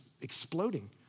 exploding